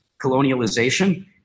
colonialization